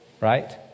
right